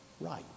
right